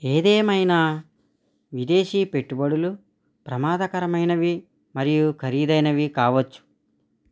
ఏదేమైనా విదేశీ పెట్టుబడులు ప్రమాదకరమైనవి మరియు ఖరీదైనవి కావచ్చు